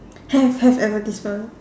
have have advertisement